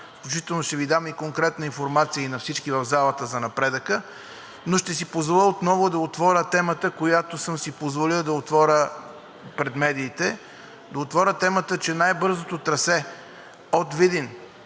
включително ще Ви дам и конкретна информация – на всички в залата, за напредъка, но ще си позволя отново да отворя темата, която съм си позволил да отворя и пред медиите, че най-бързото трасе от Видин